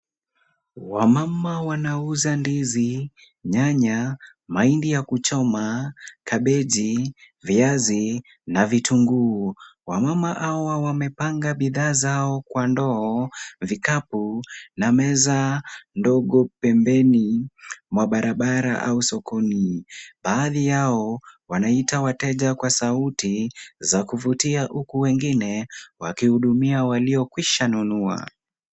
Wamama wanauza ndizi, nyanya, mahindi ya kuchoma, kabeji, viazi na vitunguu. Wamama hawa wamepanga bidhaa zao kwa ndoo, vikapu na meza ndogo pembeni mwa barabara au sokoni. Baadhi yao wanaita wateja kwa sauti za kuvutia huku wengine wakihudumia walio kwisha nunua.